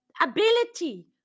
ability